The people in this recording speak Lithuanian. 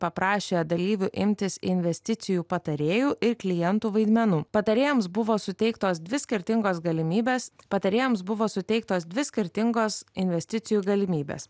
paprašė dalyvių imtis investicijų patarėjų ir klientų vaidmenų patarėjams buvo suteiktos dvi skirtingos galimybės patarėjams buvo suteiktos dvi skirtingos investicijų galimybės